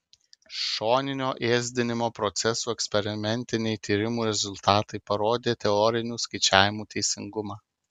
šoninio ėsdinimo procesų eksperimentiniai tyrimų rezultatai parodė teorinių skaičiavimų teisingumą